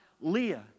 Leah